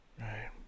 Right